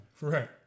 Right